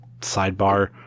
sidebar